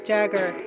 Jagger